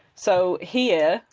so here,